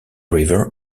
river